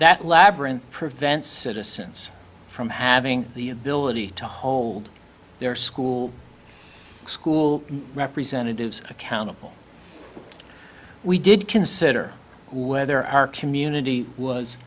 that labyrinth prevents citizens from having the ability to hold their school school representatives accountable we did consider whether our community was